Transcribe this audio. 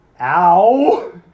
Ow